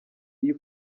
iyo